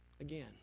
Again